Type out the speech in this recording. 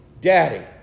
Daddy